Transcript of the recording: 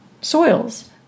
soils